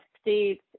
states